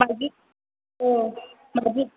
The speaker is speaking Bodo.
मायदि औ मायदि